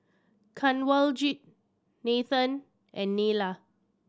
Kanwaljit Nathan and Neila